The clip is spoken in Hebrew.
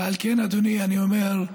ועל כן, אדוני, אני אומר,